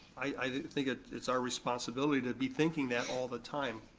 i think ah it's our responsibility to be thinking that all the time.